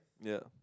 yeah